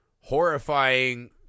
horrifying